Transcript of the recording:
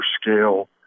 scale